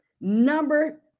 number